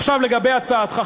עכשיו לגבי הצעתך.